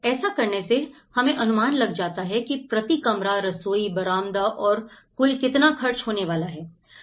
ऐसा करने से हमें अनुमान लग जाता है की प्रति कमरा रसोई बरामदा और कुल कितना खर्च होने वाला है